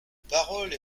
parole